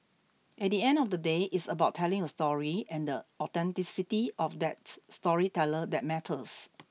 at the end of the day it's about telling a story and the authenticity of that storyteller that matters